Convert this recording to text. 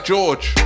George